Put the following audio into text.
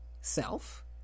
Self